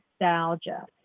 nostalgia